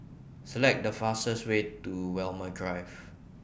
Select The fastest Way to Walmer Drive